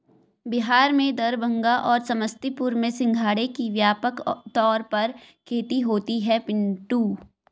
बिहार में दरभंगा और समस्तीपुर में सिंघाड़े की व्यापक तौर पर खेती होती है पिंटू